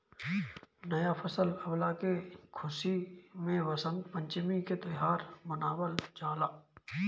नया फसल अवला के खुशी में वसंत पंचमी के त्यौहार मनावल जाला